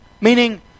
Meaning